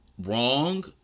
wrong